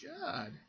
god